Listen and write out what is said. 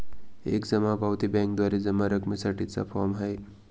एक जमा पावती बँकेद्वारे जमा रकमेसाठी चा फॉर्म आहे